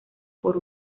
por